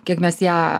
kiek mes ją